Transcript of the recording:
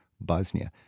Bosnia